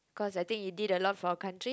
cause I think he did a lot for our country